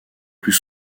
plus